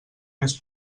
més